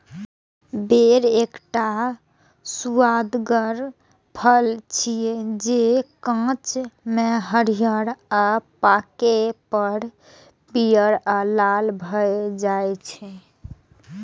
बेर एकटा सुअदगर फल छियै, जे कांच मे हरियर आ पाके पर पीयर आ लाल भए जाइ छै